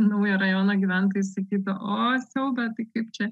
naujo rajono gyventojai sakytų o siaube tai kaip čia